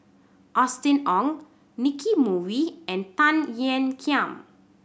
Austen Ong Nicky Moey and Tan Ean Kiam